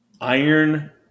Iron